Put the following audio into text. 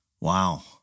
wow